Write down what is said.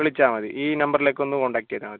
വിളിച്ചാൽ മതി ഈ നമ്പറിലേക്കൊന്ന് കോണ്ടാക്ട് ചെയ്താൽ മതി